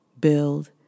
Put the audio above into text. build